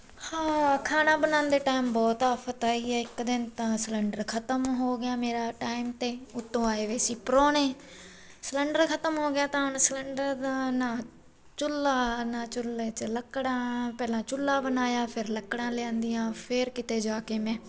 ਹਾਂ ਖਾਣਾ ਬਣਾਉਂਦੇ ਟਾਈਮ ਬਹੁਤ ਆਫਤ ਆਈ ਹੈ ਇੱਕ ਦਿਨ ਤਾਂ ਸਿਲੰਡਰ ਖਤਮ ਹੋ ਗਿਆ ਮੇਰਾ ਟਾਈਮ 'ਤੇ ਉੱਤੋਂ ਆਏ ਹੋਏ ਸੀ ਪ੍ਰਾਹੁਣੇ ਸਿਲੰਡਰ ਖਤਮ ਹੋ ਗਿਆ ਤਾਂ ਹੁਣ ਸਿਲੰਡਰ ਦਾ ਨਾ ਚੁੱਲ੍ਹਾ ਨਾ ਚੁੱਲੇ 'ਚ ਲੱਕੜਾਂ ਪਹਿਲਾਂ ਚੁੱਲ੍ਹਾ ਬਣਾਇਆ ਫਿਰ ਲੱਕੜਾਂ ਲਿਆਉਂਦੀਆਂ ਫਿਰ ਕਿਤੇ ਜਾ ਕੇ ਮੈਂ